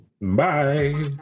Bye